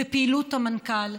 בפעילות המנכ"ל.